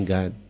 God